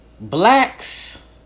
Blacks